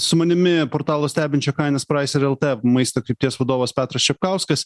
su manimi portalo stebinčio kainas praiser lt maisto krypties vadovas petras čepkauskas